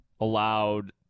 allowed